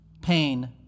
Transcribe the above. pain